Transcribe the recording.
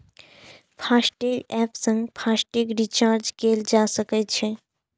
FASTag app सं FASTag recharge कैल जा सकै छै